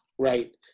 Right